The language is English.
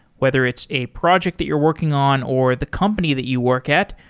whether it's a project that you're working on or the company that you work at.